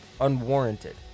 unwarranted